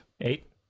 Eight